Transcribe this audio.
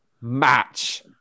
match